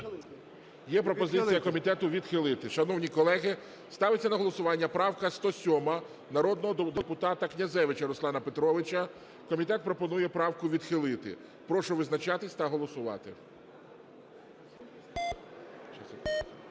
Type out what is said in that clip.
Є пропозиція комітету - відхилити. Шановні колеги, ставиться на голосування правка 107 народного депутата Князевича Руслана Петровича. Комітет пропонує правку відхилити. Прошу визначатись та голосувати.